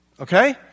Okay